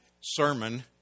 sermon